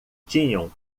tinham